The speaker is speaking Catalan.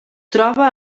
troba